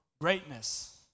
greatness